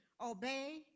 obey